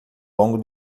longo